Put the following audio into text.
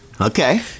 Okay